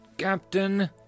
Captain